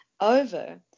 over